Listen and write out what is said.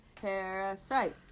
Parasite